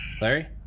larry